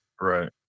Right